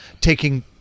Taking